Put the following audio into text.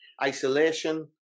isolation